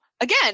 again